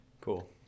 cool